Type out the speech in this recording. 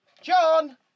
John